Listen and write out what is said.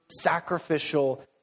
sacrificial